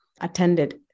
attended